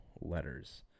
letters